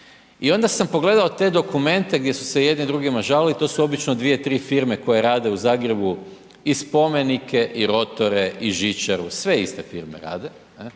I onda sam pogledao te dokumente gdje su se jedni drugima žalili, to su obično 2-3 firme koje rade u Zagrebu i spomenike i rotore i žičaru, sve iste firme rade ne,